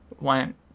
went